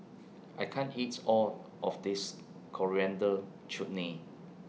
I can't eats All of This Coriander Chutney